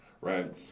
right